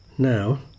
Now